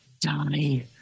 die